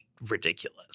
ridiculous